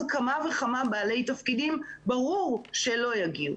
כמה וכמה בעלי תפקידים ברור שלא יגיעו?